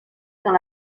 dans